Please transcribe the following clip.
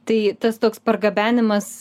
tai tas toks pargabenimas